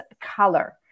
color